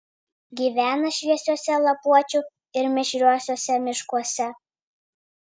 gyvena šviesiuose lapuočių ir mišriuosiuose miškuose